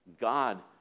God